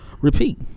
repeat